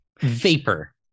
Vapor